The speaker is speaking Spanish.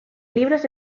libros